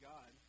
God